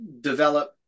develop